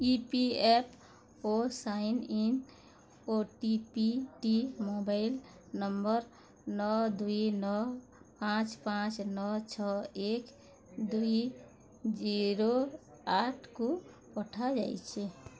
E P F O sign in ଓଟିପିଟି mobile number ନଅ ଦୁଇ ନଅ ପାଞ୍ଚ ପାଞ୍ଚ ନଅ ଛଅ ଏକ ଦୁଇ ଜିରୋ ଆଠକୁ ପଠାଯାଇଛି